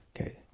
okay